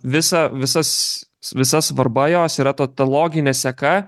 visa visas visa svarba jos yra to ta loginė seka